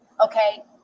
okay